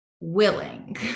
willing